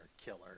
killer